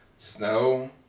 snow